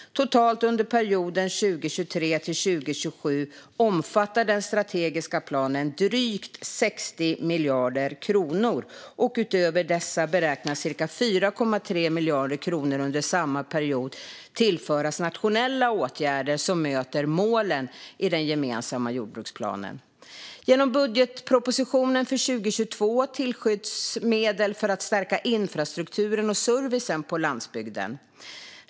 Totalt under perioden 2023-2027 omfattar den strategiska planen drygt 60 miljarder kronor. Utöver detta beräknas cirka 4,3 miljarder kronor under samma period tillföras nationella åtgärder som möter målen i den gemensamma jordbrukspolitiken. Genom budgetpropositionen för 2022 tillsköts medel för att stärka infrastrukturen och servicen på landsbygden.